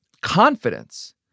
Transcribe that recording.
confidence